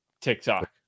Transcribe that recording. TikTok